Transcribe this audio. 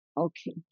Okay